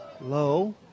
Low